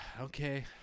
okay